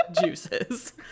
juices